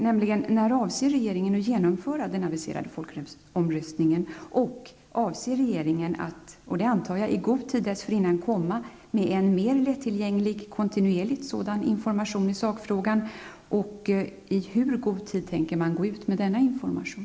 När avser regeringen att genomföra den aviserade folkomröstningen? Avser regeringen -- vilket jag antar -- att i god tid dessförinnan ge ut en mer lättillgänglig och kontinuerlig information i sakfrågan, och i hur god tid tänker regeringen gå ut med denna information?